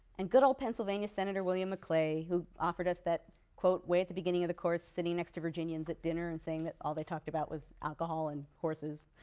and good old pennsylvania senator william maclay, who offered us that quote way at the beginning of the course, sitting next to virginians at dinner and saying that all they talked about was alcohol and horses.